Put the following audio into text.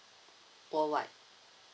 worldwide